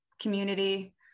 community